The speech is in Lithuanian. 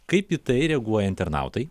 kaip į tai reaguoja internautai